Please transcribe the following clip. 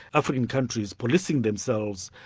african countries policing themselves,